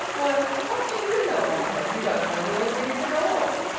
why what do you know of her you don't know the orgreaves at all!